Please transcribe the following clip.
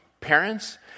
parents